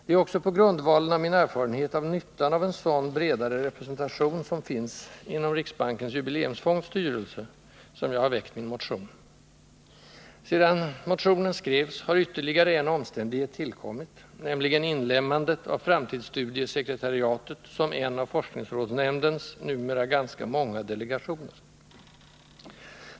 Det är också på grundval av min erfarenhet av nyttan av en sådan bredare representation, som finns inom riksbankens jubileumsfonds styrelse, som jag har väckt min motion. Sedan motionen skrevs har ytterligare en omständighet tillkommit, nämligen inlemmandet av framtidsstudiesekretariatet som en av forskningsrådsnämndens numera ganska många delegationer.